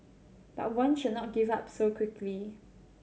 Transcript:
but one should not give up so quickly